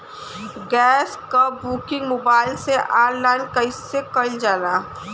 Gas क booking mobile से online कईसे कईल जाला?